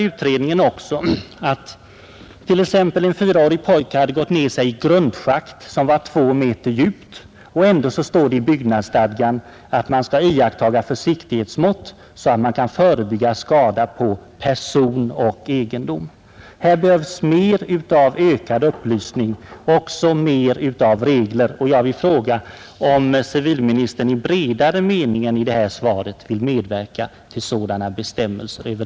Utredningen talar där t.ex. om en fyraårig pojke som hade gått ned sig i ett grundschakt som var två meter djupt. Ändå står det i byggnadsstadgan: ”Vid arbetet skall iakttagas de försiktighetsmått, som är erforderliga till förekommande av skada å person och egendom ———.” Här behövs ökad upplysning och ökad kontroll i förväg av att stängsel och andra skyddsåtgärder finns. Jag vill speciellt fråga, om civilministern i bredare mening än i det tidigare svaret vill medverka till sådana bestämmelser.